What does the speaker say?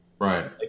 Right